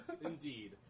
Indeed